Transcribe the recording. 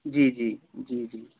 जी जी जी जी